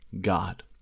God